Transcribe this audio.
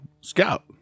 scout